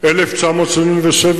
התשמ"ז 1987,